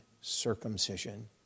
circumcision